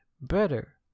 better